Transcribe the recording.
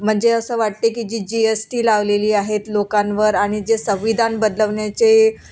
म्हणजे असं वाटते की जी जी एस टी लावलेली आहेत लोकांवर आणि जे संविधान बदलवण्याचे